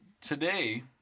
Today